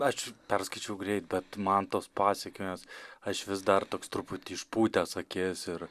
aš perskaičiau greit vet man tos pasekmės aš vis dar toks truputį išpūtęs akis ir